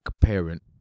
parent